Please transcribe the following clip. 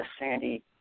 Sandy